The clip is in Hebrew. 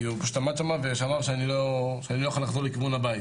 אני חווים מאוד את זה.